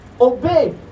Obey